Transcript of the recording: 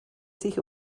sich